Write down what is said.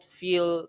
feel